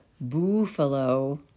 buffalo